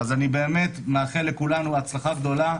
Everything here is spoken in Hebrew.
אני באמת מאחל לכולנו הצלחה גדולה.